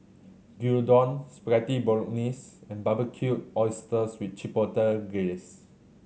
Gyudon Spaghetti Bolognese and Barbecued Oysters with Chipotle Glaze